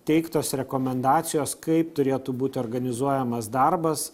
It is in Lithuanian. teiktos rekomendacijos kaip turėtų būti organizuojamas darbas